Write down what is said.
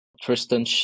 Tristan